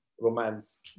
romance